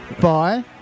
Bye